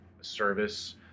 service